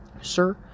sir